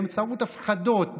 באמצעות הפחדות,